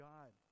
God